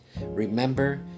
remember